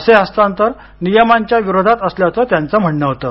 असे हस्तांतर नियमांच्या विरोधात असल्याचं त्यांचं म्हणणं होतं